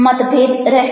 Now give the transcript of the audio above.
મતભેદ રહેશે